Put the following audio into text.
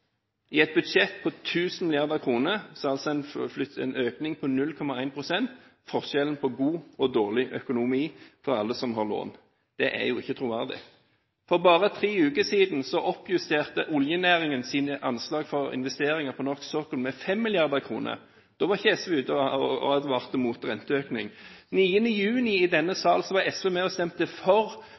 I et budsjett på 1 000 mrd. kr utgjør en økning på 0,1 pst. forskjellen på god og dårlig økonomi for alle som har lån. Det er jo ikke troverdig. For bare tre uker siden oppjusterte oljenæringen sine anslag for investeringer på norsk sokkel med 5 mrd. kr. Da var ikke SV ute og advarte mot renteøkning. Den 9. juni i denne sal stemte SV for nye investeringer på 90 mrd. kr på norsk sokkel. Da nevnte ikke SV handlingsregel og